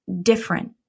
different